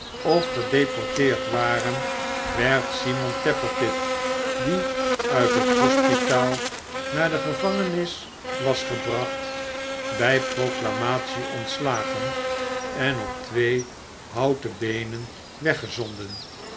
of gedeporteerd waren werd simon tappertit die uit het hospitaal naar de gevangenis was gebracht bij proclamatie ontslagen en op twee houten beenen